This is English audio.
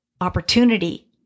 opportunity